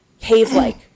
Cave-like